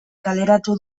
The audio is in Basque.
kaleratu